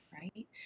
right